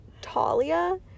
Talia